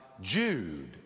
Jude